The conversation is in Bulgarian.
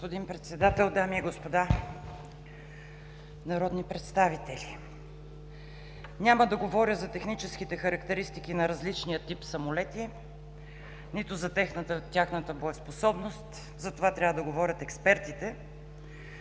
Господин Председател, дами и господа народни представители! Няма да говоря за техническите характеристики на различния тип самолети, нито за тяхната боеспособност. За това трябва да говорят експертите.